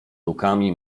lukami